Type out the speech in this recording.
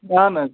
اہَن حظ